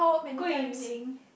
Gui Lin